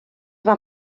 mae